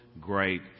great